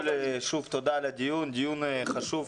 תודה על הדיון החשוב.